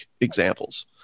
Examples